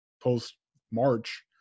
post-March